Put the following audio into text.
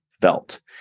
felt